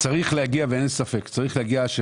לדעתי צריך להגיע, ואין ספק בכך, למצב